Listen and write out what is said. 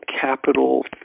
capital